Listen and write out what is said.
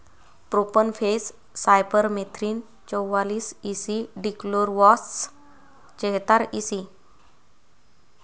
profenofos cypermethrin चौवालीस E C dichlorvos चेहतार EC